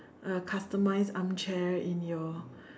uh customized armchair in your